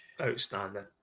Outstanding